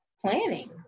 planning